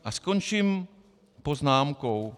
A skončím poznámkou.